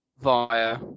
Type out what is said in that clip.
via